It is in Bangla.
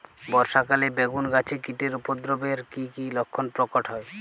বর্ষা কালে বেগুন গাছে কীটের উপদ্রবে এর কী কী লক্ষণ প্রকট হয়?